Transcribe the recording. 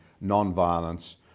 non-violence